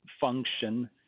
function